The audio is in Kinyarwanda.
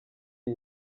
iyi